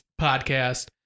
podcast